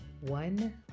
one